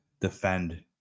defend